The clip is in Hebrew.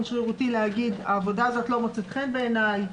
שרירותי להגיד העבודה הזאת לא מוצאת חן בעיניי,